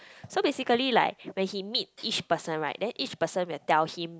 so basically like when he meet each person right then each person will tell him